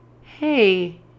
hey